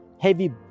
heavy